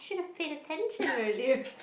paid attention earlier